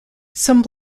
some